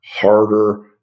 harder